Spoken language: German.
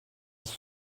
ist